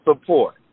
support